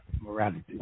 morality